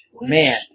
man